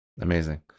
Amazing